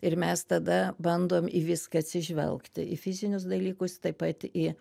ir mes tada bandom į viską atsižvelgt į fizinius dalykus taip pat į